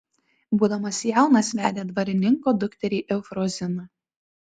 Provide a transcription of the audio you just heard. būdamas jaunas vedė dvarininko dukterį eufroziną